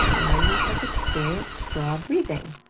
now, you have experienced straw breathing.